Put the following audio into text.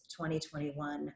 2021